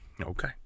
Okay